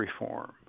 reform